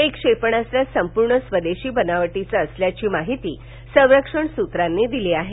हे क्षेपणास्त्र संपूर्ण स्वदेशी बनावटीचं असल्याची माहिती संरक्षण सुत्रांनी दिली आहे